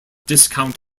discount